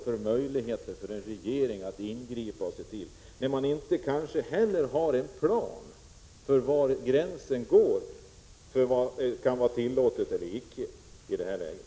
Vilka möjligheter har en regering att ingripa, när det inte ens finns en plan som sätter en gräns för vad som i det här läget skall vara tillåtet?